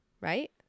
right